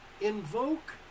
invoke